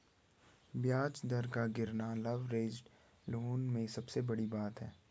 ब्याज दर का गिरना लवरेज्ड लोन में सबसे बड़ी बात है